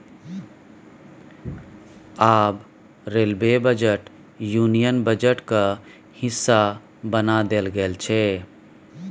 आब railway budget union बजटक हिस्सा बना देल गेल छै